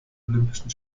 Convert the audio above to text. olympischen